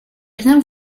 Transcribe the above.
rien